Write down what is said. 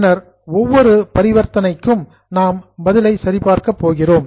பின்னர் ஒவ்வொரு டிரன்சாக்சன் பரிவர்த்தனைக்கும் நாம் பதிலை சரிபார்க்க போகிறோம்